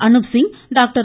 Anup Singh doctor